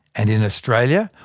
and in australia,